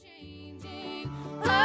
Changing